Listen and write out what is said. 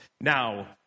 Now